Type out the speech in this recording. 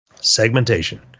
Segmentation